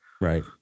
Right